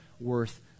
worth